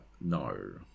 no